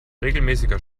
regelmäßiger